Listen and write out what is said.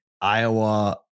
iowa